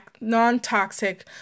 non-toxic